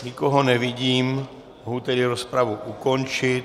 Nikoho nevidím, mohu tedy rozpravu ukončit.